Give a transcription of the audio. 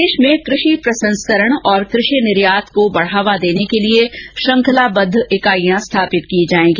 प्रदेश में कृषि प्रसंस्करण और कृषि निर्यात को बढ़ावा देने के लिए श्रंखलाबद्व इकाइयां स्थापित की जाएगी